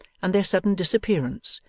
and their sudden disappearance,